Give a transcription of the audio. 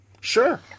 Sure